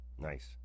nice